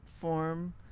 form